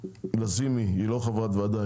לזימי היא לא חברת ועדה,